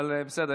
אבל בסדר,